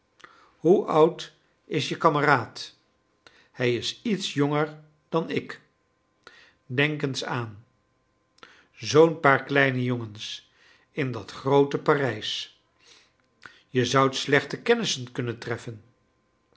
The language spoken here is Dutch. hoe oud is je kameraad hij is iets jonger dan ik denk eens aan zoo'n paar kleine jongens in dat groote parijs je zoudt slechte kennissen kunnen treffen